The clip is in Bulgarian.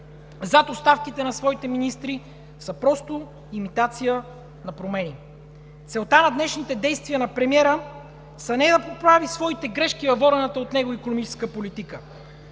зад оставките на своите министри са просто имитация на промени. Целта на днешните действия на премиера са не да поправи своите грешки във водената от него икономическа политика,